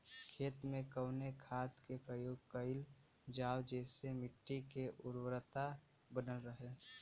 खेत में कवने खाद्य के प्रयोग कइल जाव जेसे मिट्टी के उर्वरता बनल रहे?